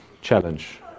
challenge